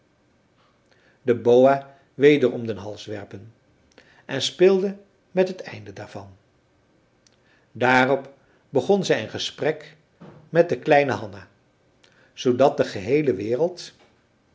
de boa weder om den hals werpen en speelde met het einde daarvan daarop begon zij een gesprek met de kleine hanna zoodat de geheele wereld